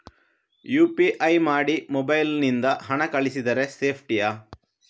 UPI ಮಾಡಿ mobile ನಿಂದ ಹಣ ಕಳಿಸಿದರೆ ಸೇಪ್ಟಿಯಾ?